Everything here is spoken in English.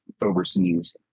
overseas